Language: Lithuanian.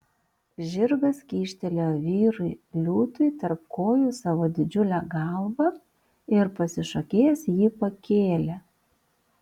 žirgas kyštelėjo vyrui liūtui tarp kojų savo didžiulę galvą ir pasišokėjęs jį pakėlė